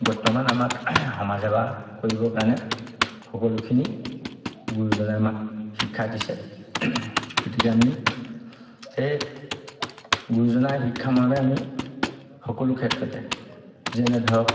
বৰ্তমান আমাক সমাজ সেৱা কৰিবৰ কাৰণে সকলোখিনি গুৰুজনাই আমাক শিক্ষা দিছে গতিকে আমি সেই গুৰুজনাই শিক্ষামৰমে আমি সকলো ক্ষেত্ৰতে যেনে ধৰক